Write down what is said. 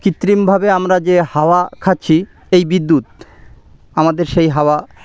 কৃত্রিমভাবে আমরা যে হাওয়া খাচ্ছি এই বিদ্যুৎ আমাদের সেই হাওয়া